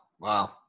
Wow